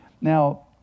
Now